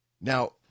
Now